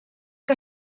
que